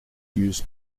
use